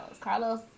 Carlos